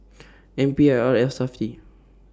N P I R and Safti